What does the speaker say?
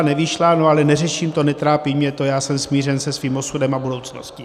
Nevyšla, ale neřeším to, netrápí mě to, já jsem smířen se svým osudem a budoucností.